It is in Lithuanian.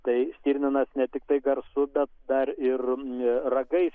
tai stirninas ne tiktai garsu bet dar ir ragais